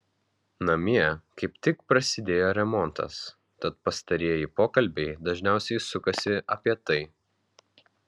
namie kaip tik prasidėjo remontas tad pastarieji pokalbiai dažniausiai sukasi apie tai